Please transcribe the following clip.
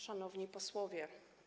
Szanowni Posłowie!